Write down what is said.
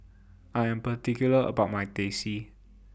I Am particular about My Teh C